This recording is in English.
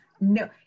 No